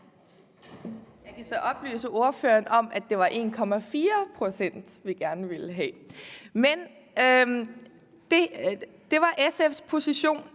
Jeg kan så oplyse ordføreren om, at det var 1,4 pct., vi gerne ville have. Men det var SF's position,